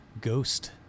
ghost